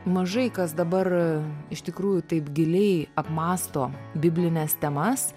mažai kas dabar iš tikrųjų taip giliai apmąsto biblines temas